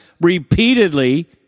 repeatedly